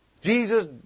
Jesus